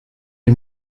les